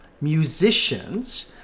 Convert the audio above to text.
musicians